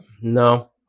No